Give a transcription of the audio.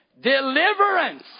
deliverance